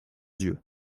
yeux